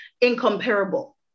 incomparable